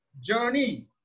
journey